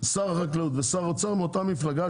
ושר האוצר מאותה מפלגה,